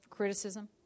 Criticism